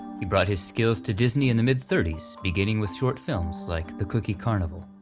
he brought his skills to disney in the mid thirty s, beginning with short films like the cookie carnival.